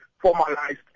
formalized